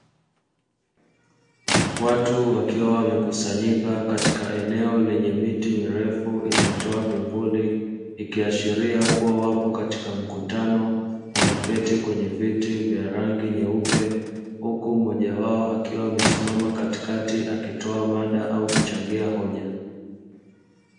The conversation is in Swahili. Watu wakiwa wamekusanyika katika eneo lenye miti mirefu inayotoa vimvuli, ikiashiria kuwa wako katika mkutano, wameketi kwenye viti vya rangi nyeupe huku mmoja wao akiwa amesimama katikati akitoa mada au kuchangia hoja.